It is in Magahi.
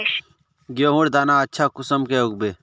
गेहूँर दाना अच्छा कुंसम के उगबे?